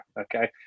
Okay